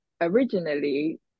originally